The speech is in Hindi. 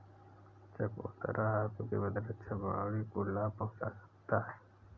चकोतरा आपकी प्रतिरक्षा प्रणाली को लाभ पहुंचा सकता है